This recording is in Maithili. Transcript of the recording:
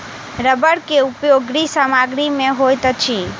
रबड़ के उपयोग गृह सामग्री में होइत अछि